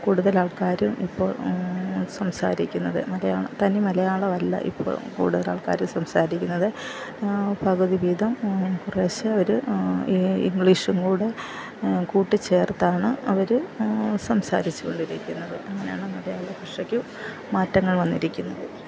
കൂടുതൽ ആൾക്കാരും ഇപ്പോൾ സംസാരിക്കുന്നത് മലയാളം തനി മലയാളമല്ല ഇപ്പോൾ കൂടുതൽ ആൾക്കാരെ സംസാരിക്കുന്നത് പകുതി വീതം കുറേശ്ശെ അവര് ഈ ഇംഗ്ലീഷും കൂടെ കൂട്ടിച്ചേർത്താണ് അവര് സംസാരിച്ചു കൊണ്ടിരിക്കുന്നത് അങ്ങനെയാണ് മലയാള ഭാഷയ്ക്ക് മാറ്റങ്ങൾ വന്നിരിക്കുന്നത്